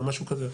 משהו כזה.